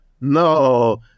No